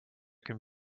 can